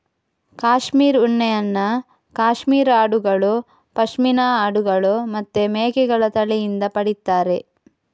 cashmere ಉಣ್ಣೆಯನ್ನ cashmere ಆಡುಗಳು, ಪಶ್ಮಿನಾ ಆಡುಗಳು ಮತ್ತೆ ಮೇಕೆಗಳ ತಳಿಯಿಂದ ಪಡೀತಾರೆ